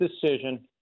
decision